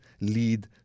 lead